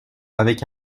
avec